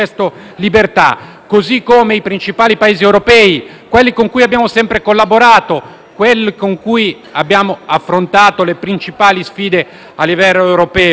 Così come i principali Paesi europei, quelli con cui abbiamo sempre collaborato e con cui abbiamo affrontato le principali sfide a livello europeo: Francia,